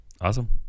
Awesome